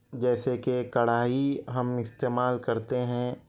جیسے کہ کڑھائی ہم استعمال کرتے ہیں